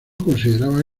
consideraba